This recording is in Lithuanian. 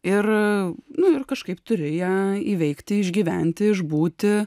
ir nu ir kažkaip turiu ją įveikti išgyventi išbūti